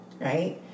right